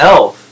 Elf